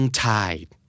tide